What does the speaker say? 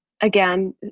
again